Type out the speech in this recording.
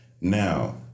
Now